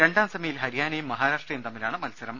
രണ്ടാം സെമിയിൽ ഹരിയാനയും മഹാരാഷ്ട്രയും തമ്മിലാണ് മത്സരം